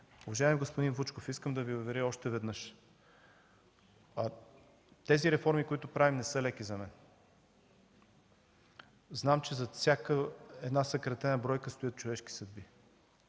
Уважаеми господин Вучков, искам да Ви уверя още веднъж, че тези реформи, които правим, не са леки за мен. Знам, че зад всяка една съкратена бройка стоят човешки съдби